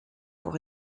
pour